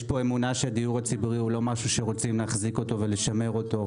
יש פה אמונה שהדיור הציבורי הוא לא משהו שרוצים להחזיק אותו ולשמר אותו.